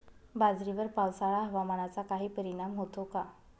बाजरीवर पावसाळा हवामानाचा काही परिणाम होतो का?